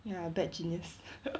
ya bad genius